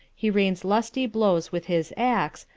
he rains lusty blows with his axe,